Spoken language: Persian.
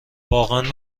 واقعا